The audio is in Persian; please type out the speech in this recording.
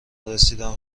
رسیدیم